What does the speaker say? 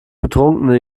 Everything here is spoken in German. betrunkene